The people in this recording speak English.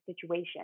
situation